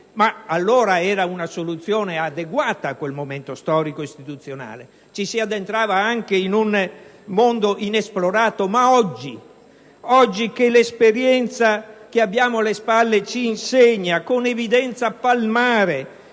Allora era una soluzione adeguata a quel momento storico ed istituzionale; ci si addentrava anche in un mondo inesplorato. Oggi invece l'esperienza che abbiamo alle spalle ci insegna, con evidenza palmare,